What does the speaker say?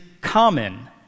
common